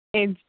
એ જ